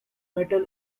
metal